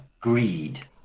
Greed